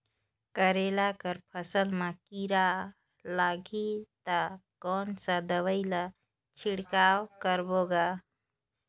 करेला कर फसल मा कीरा लगही ता कौन सा दवाई ला छिड़काव करबो गा?